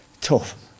Tough